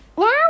Now